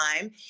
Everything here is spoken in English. time